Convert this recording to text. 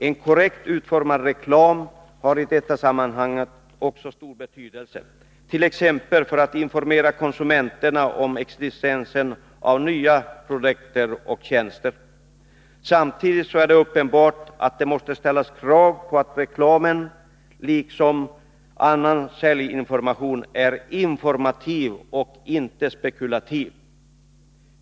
En korrekt utformad reklam har i detta sammanhang också stor betydelse, t.ex. för att informera konsumenterna om existensen av nya produkter och tjänster. Samtidigt är det uppenbart att det måste ställas krav på att reklamen liksom annan säljinformation är informativ och inte spekulativ.